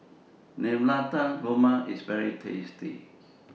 Navratan Korma IS very tasty